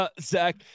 Zach